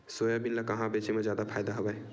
Soybean ल कहां बेचे म जादा फ़ायदा हवय?